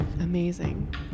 Amazing